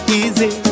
easy